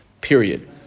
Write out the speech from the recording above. Period